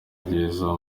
byiza